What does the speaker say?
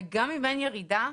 וגם אם אין ירידה,